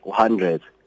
hundreds